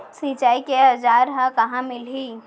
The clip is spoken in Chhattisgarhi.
सिंचाई के औज़ार हा कहाँ मिलही?